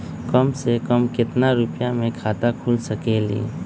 कम से कम केतना रुपया में खाता खुल सकेली?